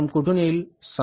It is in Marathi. ती रक्कम कोठून येईल